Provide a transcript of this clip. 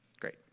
great